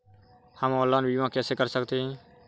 हम ऑनलाइन बीमा कैसे कर सकते हैं?